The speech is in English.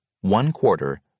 one-quarter